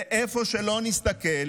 לאיפה שלא נסתכל,